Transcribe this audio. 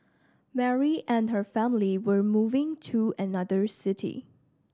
Mary and her family were moving to another city